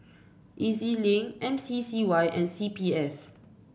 E Z Link M C C Y and C P F